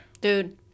Dude